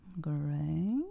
Great